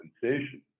compensation